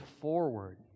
forward